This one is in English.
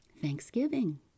Thanksgiving